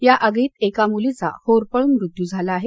या आगीत एका मुलीचा होरपळून मृत्यू झाला आहे